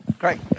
Great